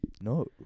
No